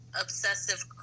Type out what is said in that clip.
obsessive